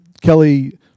Kelly